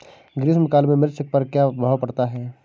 ग्रीष्म काल में मिर्च पर क्या प्रभाव पड़ता है?